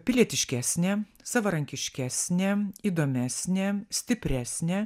pilietiškesnė savarankiškesnė įdomesnė stipresnė